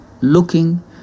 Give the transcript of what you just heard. looking